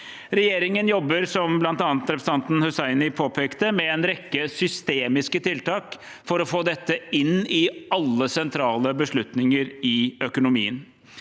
Regjeringen jobber, som bl.a. representanten Hussaini påpekte, med en rekke systemiske tiltak for å få dette inn i alle sentrale beslutninger i økonomien.